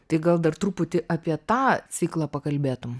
tai gal dar truputį apie tą ciklą pakalbėtum